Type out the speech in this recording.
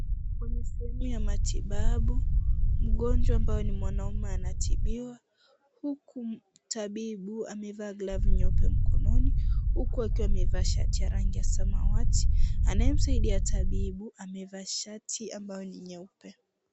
Kwenye sehemu ya matibabu mgonjwa ambaye ni mwanamume anatibiwa huku tabibu amevaa glavu nyeupe mkononi huku akiwa amevaa shati ya rangi ya samawati. Anayemsaidia tabibu amevaa shati ambayo ni nyeupe.